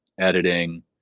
editing